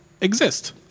exist